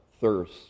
thirst